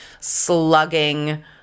slugging